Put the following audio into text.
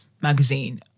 magazine